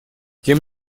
тем